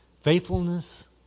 faithfulness